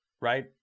right